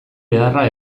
beharra